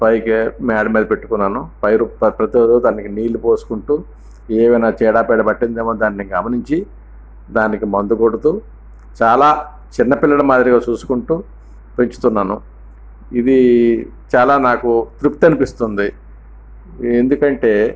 పైకి మేడ పైనా పెట్టుకున్నాను పైరు ప్రతి రోజు దానికి నీళ్ళు పోసుకుంటూ ఏమైనా చీడ పిడ పుట్టిందేమో దాన్ని గమనించి దానికి మందు కొడుతూ చాలా చిన్న పిల్లల మాదిరిగా చూసుకుంటూ పెంచుతున్నాను ఇది చాలా నాకు తృప్తి అనిపిస్తుంది ఎందుకంటే